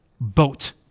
boat